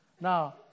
Now